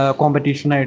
competition